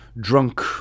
drunk